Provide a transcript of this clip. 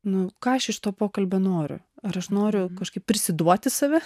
nu ką aš iš to pokalbio noriu ar aš noriu kažkaip prisiduoti save